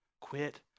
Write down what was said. Quit